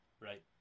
Right